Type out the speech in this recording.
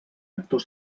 actor